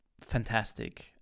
fantastic